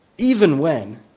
even when